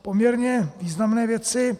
Poměrně významné věci.